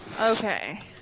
Okay